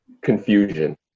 confusion